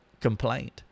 complaint